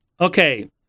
okay